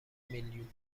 میلیون